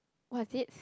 what is this